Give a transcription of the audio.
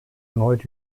erneut